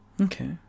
Okay